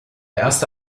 erste